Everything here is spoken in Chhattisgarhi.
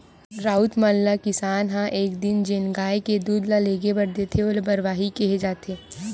राउत मन ल किसान ह एक दिन जेन गाय के दूद ल लेगे बर देथे ओला बरवाही केहे जाथे